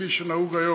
כפי שנהוג כיום.